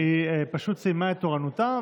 היא פשוט סיימה את תורנותה,